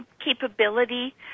capability